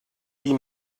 die